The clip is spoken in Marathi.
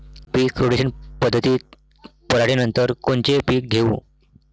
पीक रोटेशन पद्धतीत पराटीनंतर कोनचे पीक घेऊ?